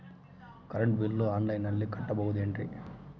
Current bill ಆನ್ಲೈನಿನಲ್ಲಿ ಕಟ್ಟಬಹುದು ಏನ್ರಿ?